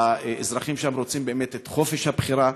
והאזרחים שם רוצים באמת את חופש הבחירה,